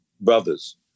brothers